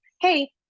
Hey